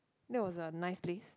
that was a nice place